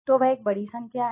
तो वह एक बड़ी संख्या है